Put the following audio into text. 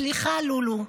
סליחה, לולו.